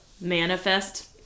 manifest